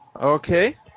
Okay